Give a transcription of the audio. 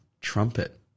trumpet